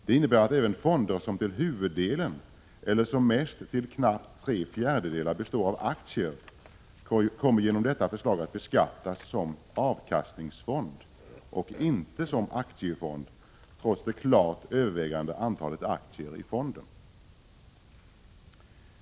Det innebär att även fonder som till huvuddelen eller till som mest knappt tre fjärdedelar består av aktier genom detta förslag kommer att beskattas som avkastningsfonder och inte som aktiefonder, trots den kategori som det klart övervägande antalet aktier i fonden tillhör.